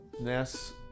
Ness